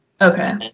Okay